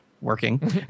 working